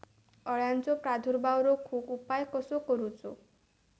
अळ्यांचो प्रादुर्भाव रोखुक उपाय कसो करूचो?